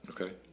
Okay